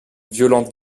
violente